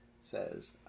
says